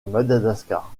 madagascar